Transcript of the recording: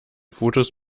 fotos